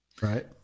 Right